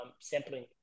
sampling